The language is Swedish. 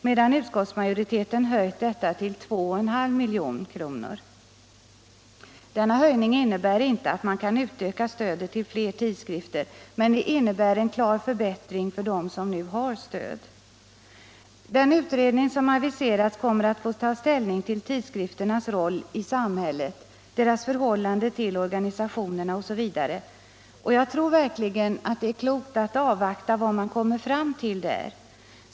medan utskottsmajoriteten höjt detta till 21/2 milj.kr. Denna höjning innebär inte att man kan utöka stödet till fler tidskrifter, men det innebär en klar för bättring för dem som nu har stöd. Den utredning som aviserats kommer att få ta ställning till tidskrifternas roll i samhället, deras förhållande till organisationerna osv., och jag tror verkligen det är klokt att avvakta vad man kommer fram till där.